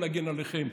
נגן עליכם.